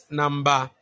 number